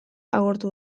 agortu